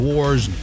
Wars